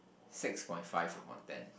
six point five among ten